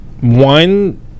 one